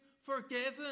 forgiven